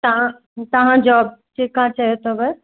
तव्हां तव्हां जॉब जेका चयो अथव